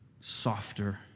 softer